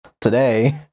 Today